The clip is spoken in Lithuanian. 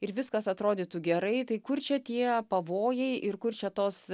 ir viskas atrodytų gerai tai kur čia tie pavojai ir kur čia tos